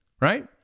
right